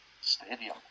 stadium